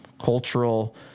cultural